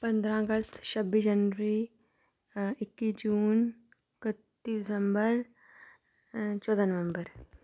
पंदरां अगस्त छब्बी जनवरी इक्की जून कत्ती दिसम्बर चौदां नवम्बर